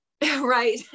Right